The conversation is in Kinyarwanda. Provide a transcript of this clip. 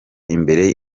imbere